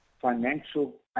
financial